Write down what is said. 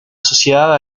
sociedad